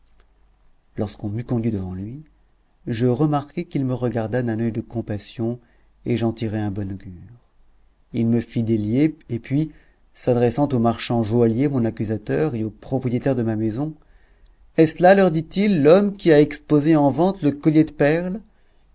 lorsqu'on m'eut conduit devant lui je remarquai qu'il me regarda d'un oeil de compassion et j'en tirai un bon augure il me fit délier et puis s'adressant au marchand joaillier mon accusateur et au propriétaire de ma maison est-ce là leur dit-il l'homme qui a exposé en vente le collier de perles